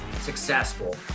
successful